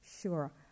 Sure